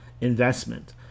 investment